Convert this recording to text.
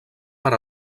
per